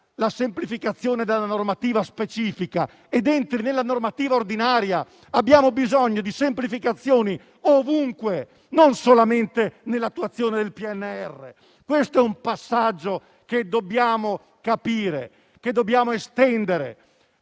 che fuoriescano dalla normativa specifica ed entrino in quella ordinaria. Abbiamo bisogno di semplificazioni ovunque e non solamente nell'attuazione del PNRR. Questo è un passaggio che dobbiamo capire ed estendere